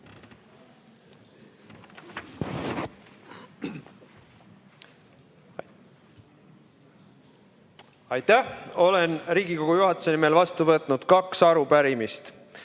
Aitäh! Olen Riigikogu juhatuse nimel vastu võtnud kaks arupärimist.